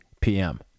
PM